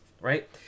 Right